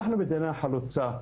אנחנו מדינה חלוצה.